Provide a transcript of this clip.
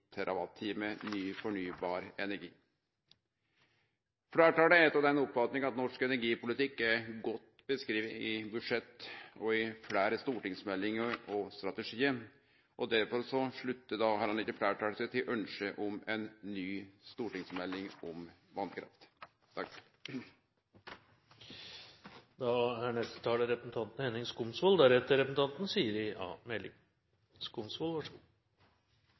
norsk energipolitikk er godt beskrive i budsjett og i fleire stortingsmeldingar og strategiar, og derfor sluttar heller ikkje fleirtalet seg til ønsket om ei ny stortingsmelding om vasskraft. Utnyttelsen av vannkraft